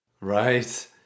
Right